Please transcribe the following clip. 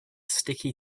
sticky